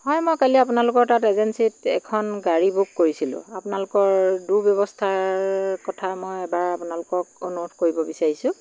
হয় মই কালি আপোনালোকৰ তাত এজেন্সীত এখন গাড়ী বুক কৰিছিলোঁ আপোনালোকৰ দুৰ্ব্যৱস্থাৰ কথা মই এবাৰ আপোনালোকক অনুৰোধ কৰিব বিচাৰিছোঁ